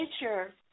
nature